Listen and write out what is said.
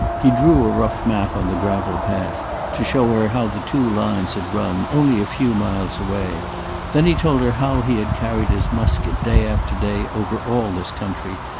he drew a rough map on the gravel path to show her how the two lines had run, only a few miles away then he told her how he had carried his musket day after day over all this country,